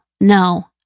no